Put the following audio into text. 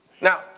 Now